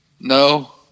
no